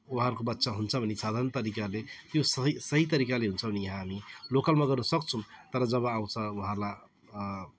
उहाँहरूको बच्चा हुन्छ भने साधारण तरिकाले त्यो सही सही तरिकाले हुन्छ भने यहाँ हामी लोकलमा गर्नु सक्छौँ तर जब आउँछ उहाँहरूलाई